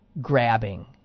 grabbing